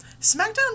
SmackDown